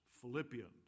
Philippians